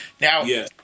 Now